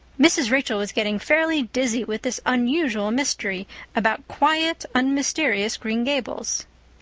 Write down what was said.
mrs. rachel was getting fairly dizzy with this unusual mystery about quiet, unmysterious green gables.